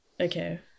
Okay